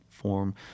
Form